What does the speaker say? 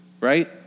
right